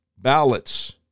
ballots